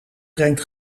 brengt